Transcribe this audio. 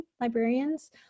librarians